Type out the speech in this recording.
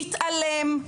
מתעלם,